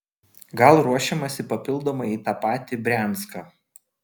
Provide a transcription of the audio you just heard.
gal ruošiamasi papildomai į tą patį brianską